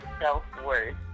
self-worth